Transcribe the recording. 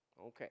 Okay